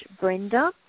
Brenda